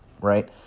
right